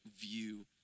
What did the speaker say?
view